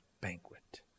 banquet